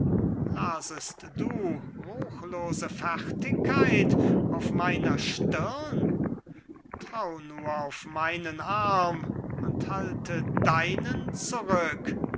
lases du ruchlose fertigkeit auf meiner stirn trau nur auf meinen arm und halte deinen zurück